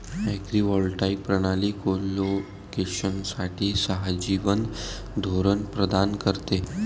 agrivoltaic प्रणाली कोलोकेशनसाठी सहजीवन धोरण प्रदान करते